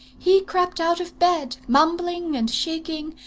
he crept out of bed, mumbling and shaking,